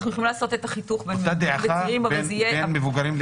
אנחנו יכולים לעשות את החיתוך בין מבוגרים לצעירים.